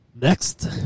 Next